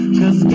cause